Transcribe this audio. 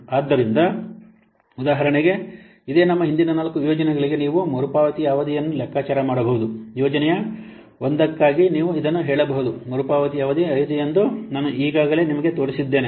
ಆದ್ದರಿಂದ ಉದಾಹರಣೆಗೆ ಇದೇ ನಮ್ಮ ಹಿಂದಿನ ನಾಲ್ಕು ಯೋಜನೆಗಳಿಗೆ ನೀವು ಮರುಪಾವತಿಯ ಅವಧಿಯನ್ನು ಲೆಕ್ಕಾಚಾರ ಮಾಡಬಹುದು ಯೋಜನೆಯ 1 ಗಾಗಿ ನೀವು ಇದನ್ನು ಹೇಳಬಹುದು ಮರುಪಾವತಿ ಅವಧಿ 5 ಎಂದು ನಾನು ಈಗಾಗಲೇ ನಿಮಗೆ ತೋರಿಸಿದ್ದೇನೆ